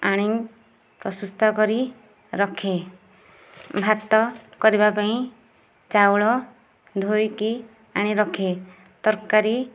ଆଣି ପ୍ରସୁସ୍ତ କରି ରଖେ ଭାତ କରିବା ପାଇଁ ଚାଉଳ ଧୋଇକି ଆଣି ରଖେ ତରକାରୀ